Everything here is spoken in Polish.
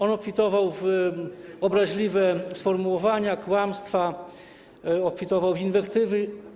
On obfitował w obraźliwe sformułowania, kłamstwa, obfitował w inwektywy.